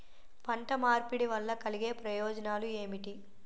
పంట మార్పిడి వల్ల కలిగే ప్రయోజనాలు ఏమిటి?